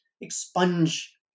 expunge